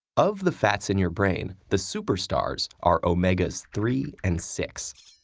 of the fats in your brain, the superstars are omegas three and six.